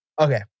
Okay